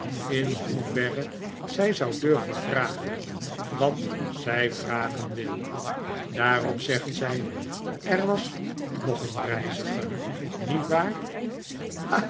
in hoe verre zy zoudurven vragen wat zy vragen wil daarop zegt zjj er was nog een reiziger niet waar